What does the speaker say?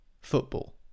football